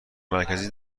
مرکزی